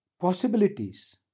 possibilities